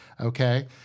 Okay